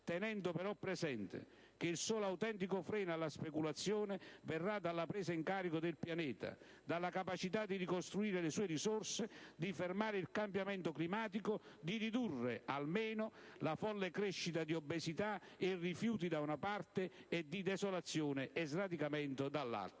tenendo però presente che il solo autentico freno alla speculazione verrà dalla presa in carico del Pianeta, dalla capacità di ricostituire le sue risorse, di fermare il cambiamento climatico, di ridurre almeno la folle crescita di obesità e rifiuti da una parte, e di desolazione e sradicamento dall'altra.